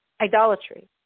idolatry